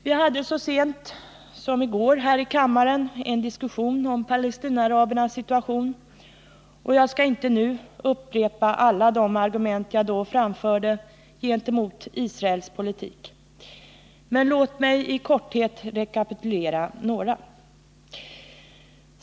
Vi hade så sent som i går här i kammaren en diskussion om Palestinaarabernas situation. Jag skall inte nu upprepa alla de argument som jag då framförde gentemot Israels politik, men låt mig i korthet rekapitulera några.